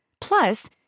Plus